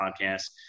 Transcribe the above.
podcast